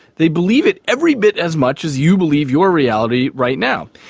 they believe it every bit as much as you believe your reality right now.